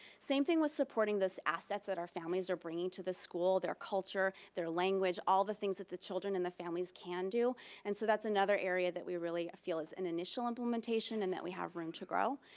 same thing with supporting this assets that our families are bringing to the school. their culture, their language. all the things that the children in the families can do and so that's another area that we really feel is an initial implementation and that we have room to grow,